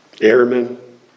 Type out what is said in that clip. airmen